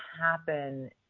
happen